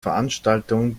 veranstaltungen